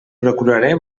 procuraré